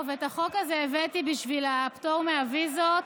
את החוק הזה הבאתי בשביל הפטור מהוויזות.